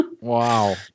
Wow